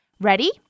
Ready